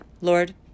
Lord